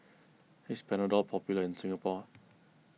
is Panadol popular in Singapore